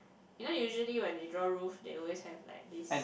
you know usually when they draw roof they always have like this